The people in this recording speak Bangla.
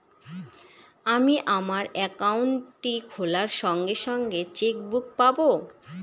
আমি আমার একাউন্টটি খোলার সঙ্গে সঙ্গে চেক বুক পাবো?